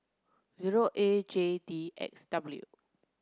zero A J D X W